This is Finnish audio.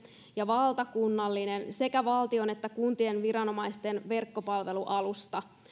ja valtakunnallinen sekä valtion että kuntien viranomaisten verkkopalvelualusta